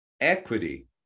equity